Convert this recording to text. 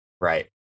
Right